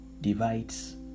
divides